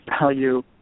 value